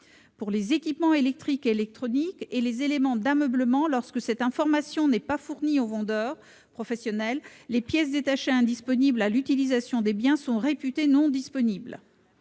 Pour les équipements électriques et électroniques et les éléments d'ameublement, lorsque cette information n'est pas fournie au vendeur professionnel, les pièces détachées indisponibles à l'utilisation des biens sont réputées non disponibles.